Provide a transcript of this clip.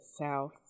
South